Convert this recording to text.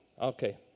Okay